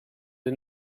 had